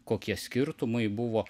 kokie skirtumai buvo